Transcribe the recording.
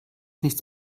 nichts